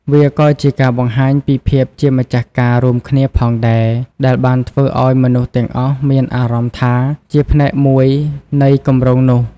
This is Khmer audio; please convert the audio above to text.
វាក៏ជាការបង្ហាញពីភាពជាម្ចាស់ការរួមគ្នាផងដែរ ដែលបានធ្វើឲ្យមនុស្សទាំងអស់មានអារម្មណ៍ថាជាផ្នែកមួយនៃគម្រោងនោះ។